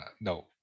no